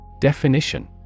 Definition